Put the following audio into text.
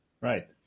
Right